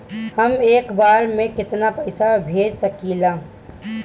हम एक बार में केतना पैसा भेज सकिला?